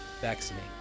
Vaccinate